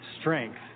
strength